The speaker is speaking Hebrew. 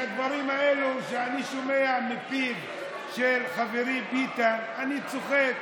אני שומע את הדברים האלה מפיו של חברי ביטן ואני צוחק,